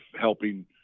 helping